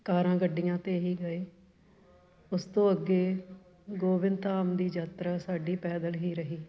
ਕਾਰਾਂ ਗੱਡੀਆਂ 'ਤੇ ਹੀ ਗਏ ਉਸ ਤੋਂ ਅੱਗੇ ਗੋਬਿੰਦ ਧਾਮ ਦੀ ਯਾਤਰਾ ਸਾਡੀ ਪੈਦਲ ਹੀ ਰਹੀ